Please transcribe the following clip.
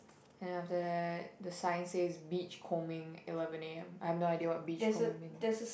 then after that the sign says beach combing eleven A_M I have no idea what beach combing mean